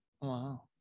wow